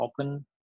open